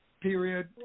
period